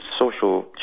social